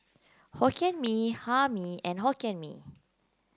Hokkien Mee Hae Mee and Hokkien Mee